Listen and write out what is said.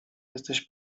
jesteś